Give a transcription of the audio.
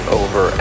over